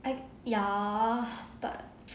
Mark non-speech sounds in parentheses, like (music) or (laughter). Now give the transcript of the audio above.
I ya but (noise)